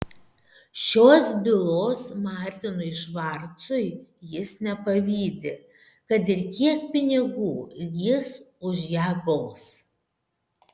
šios bylos martinui švarcui jis nepavydi kad ir kiek pinigų jis už ją gaus